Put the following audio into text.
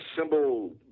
symbol